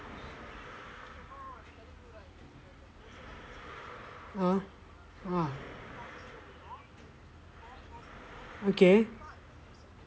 (uh huh) !huh! okay